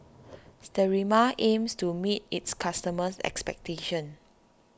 Sterimar aims to meet its customers' expectations